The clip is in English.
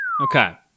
Okay